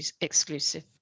exclusive